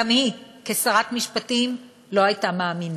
גם היא כשרת משפטים לא הייתה מאמינה.